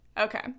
Okay